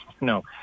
no